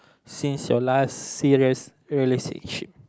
since your last serious relationship